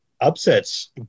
upsets